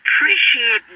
appreciate